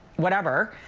whatever.